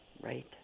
right